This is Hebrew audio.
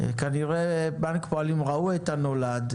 שכנראה בנק הפועלים ראו את הנולד,